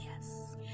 Yes